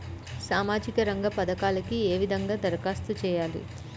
సామాజిక రంగ పథకాలకీ ఏ విధంగా ధరఖాస్తు చేయాలి?